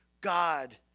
God